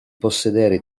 possedere